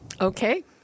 Okay